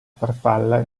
farfalla